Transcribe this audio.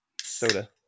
soda